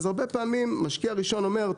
הרבה פעמים משקיע ראשון אומר,